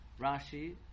Rashi